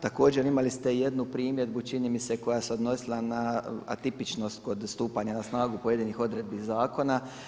Također imali ste i jednu primjedbu čini mi se koja se odnosila na atipičnost kod stupanja na snagu pojedinih odredbi zakona.